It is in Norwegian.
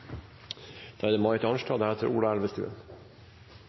Da er det